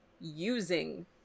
using